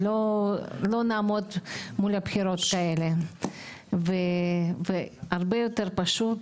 שלא נעמוד מול הבחירות האלו והרבה יותר פשוט